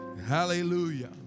Hallelujah